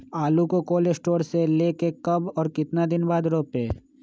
आलु को cold storage से ले के कब और कितना दिन बाद रोपे?